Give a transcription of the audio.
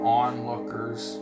onlookers